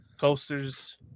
coasters